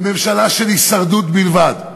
היא ממשלה של הישרדות בלבד.